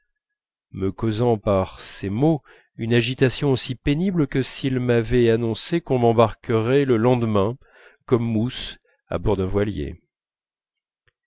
me causant par ces mots une agitation aussi pénible que s'il m'avait annoncé qu'on m'embarquait le lendemain comme mousse à bord d'un voilier